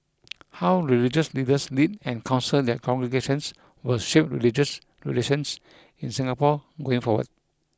how religious leaders lead and counsel their congregations will shape religious relations in Singapore going forward